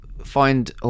find